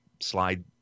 slide